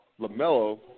LaMelo